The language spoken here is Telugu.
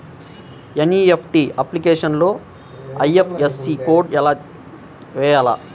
ఎన్.ఈ.ఎఫ్.టీ అప్లికేషన్లో ఐ.ఎఫ్.ఎస్.సి కోడ్ వేయాలా?